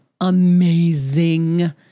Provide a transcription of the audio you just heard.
amazing